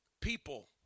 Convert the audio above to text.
people